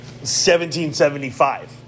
1775